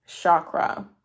chakra